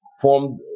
formed